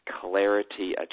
clarity